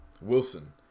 Wilson